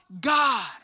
God